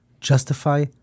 justify